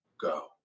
go